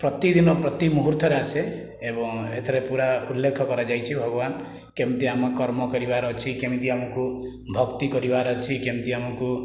ପ୍ରତିଦିନ ପ୍ରତି ମୁହୂର୍ତ୍ତରେ ଆସେ ଏବଂ ଏଥିରେ ପୁରା ଉଲ୍ଲେଖ କରାଯାଇଛି ଭଗବାନ କେମିତି ଆମ କର୍ମ କରିବାର ଅଛି କେମିତି ଆମକୁ ଭକ୍ତି କରିବାର ଅଛି କେମିତି ଆମକୁ